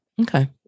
Okay